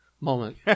moment